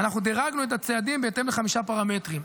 ואנחנו דירגנו את הצעדים בהתאם לחמישה פרמטרים.